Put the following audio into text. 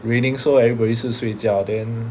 raining so everybody 是睡觉 then